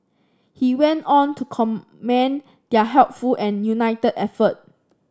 he went on to commend their helpful and united effort